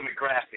demographic